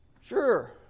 Sure